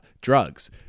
Drugs